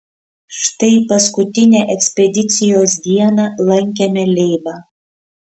štai paskutinę ekspedicijos dieną lankėme leibą